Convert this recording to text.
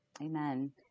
Amen